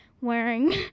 wearing